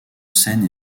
scène